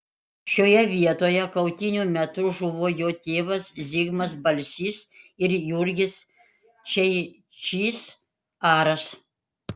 šioje vietoje kautynių metu žuvo jo tėvas zigmas balsys ir jurgis čeičys aras